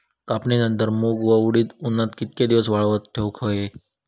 कापणीनंतर मूग व उडीद उन्हात कितके दिवस वाळवत ठेवूक व्हये?